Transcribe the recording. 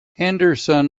henderson